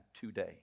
today